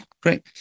great